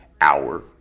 hour